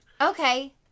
Okay